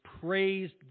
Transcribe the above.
praised